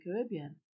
Caribbean